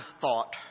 thought